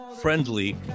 friendly